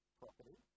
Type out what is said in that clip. property